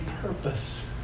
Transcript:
purpose